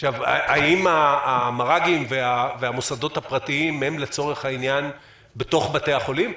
האם המר"גים והמוסדות הפרטיים הם לצורך העניין בתוך בתי החולים?